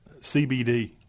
CBD